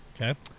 Okay